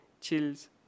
chills